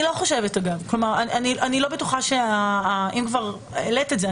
אם כבר העלית את זה,